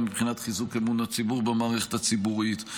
גם מבחינת חיזוק אמון הציבור במערכת הציבורית,